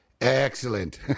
excellent